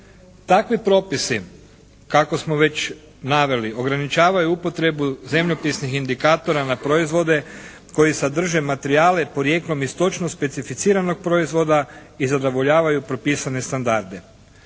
Takvi propisi kako smo već naveli, ograničavaju upotrebu zemljopisnih indikatora na proizvode koji sadrže materijale porijeklom i s točno specificiranog proizvoda i zadovoljavaju propisane standarde.